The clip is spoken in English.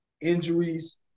injuries